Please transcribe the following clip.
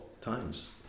times